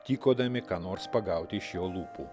tykodami ką nors pagauti iš jo lūpų